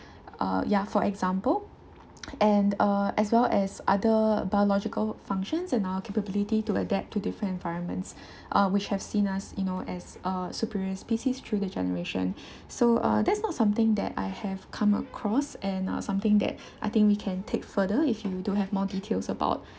uh yeah for example and uh as well as other biological functions and our capability to adapt to different environments uh which have seen us you know as uh superior species through the generation so uh that's not something that I have come across and uh something that I think we can take further if you do have more details about